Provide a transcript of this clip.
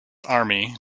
army